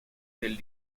del